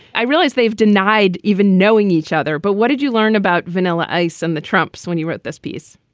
i realize they've denied even knowing each other. but what did you learn about vanilla ice and the trumps when he wrote this piece?